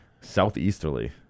Southeasterly